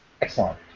Excellent